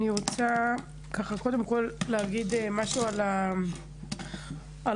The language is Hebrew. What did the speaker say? אני רוצה להגיד משהו על רות,